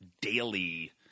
daily